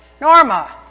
Norma